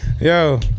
yo